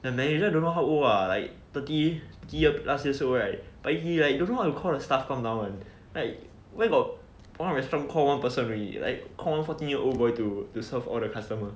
the manager don't know how old ah thirty thirty plus years old right but like he like don't know how to call the staff come down [one] like where got normal restaurant call one person only call one fourteen year old boy serve all the customer